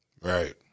right